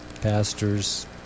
pastors